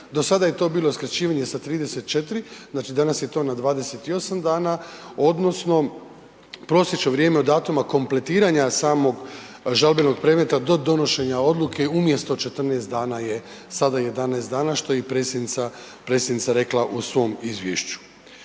do sada je to bilo skraćivanje sa 34, znači danas je to na 28 dana odnosno prosječno vrijeme od datuma kompletiranja samog žalbenog predmeta do donošenja odluke umjesto 14 dana je sada 11 dana, što je i predsjednica, predsjednica rekla u svom izvješću.